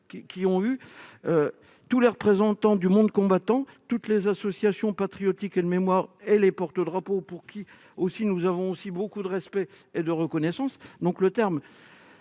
pour tous les représentants du monde combattant, toutes les associations patriotiques et de mémoire, tous les porte-drapeaux, pour qui nous avons aussi beaucoup de respect et de reconnaissance, ce terme